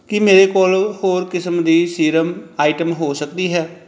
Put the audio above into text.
ਕੀ ਮੇਰੇ ਕੋਲ ਹੋਰ ਕਿਸਮ ਦੀ ਸੀਰਮ ਆਈਟਮ ਹੋ ਸਕਦੀ ਹੈ